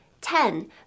ten